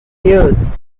used